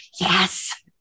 Yes